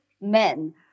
men